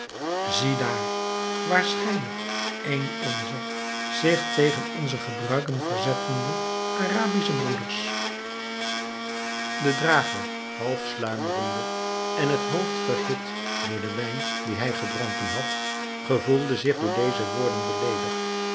ziedaar waarschijnlijk een onzer zich tegen onze gebruiken verzettende arabische broeders de drager half sluimerende en het hoofd verhit door den wijn dien hij gedronken had gevoelde zich door deze woorden beleedigd